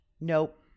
Nope